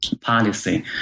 policy